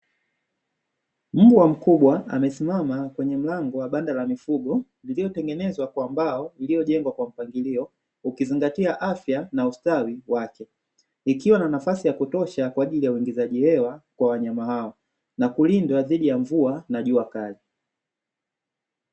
Mbwa mkubwa amesimama kwenye mlango wa banda la mifugo, iliyotengenezwa kwa mbao iliyojengwa kwa mpangilio, ukizingatia afya na ustawi wake, ikiwa na nafasi ya kutosha kwa ajili ya uingizaji hewa kwa wanyama hao, na kulindwa dhidi ya mvua na jua kali.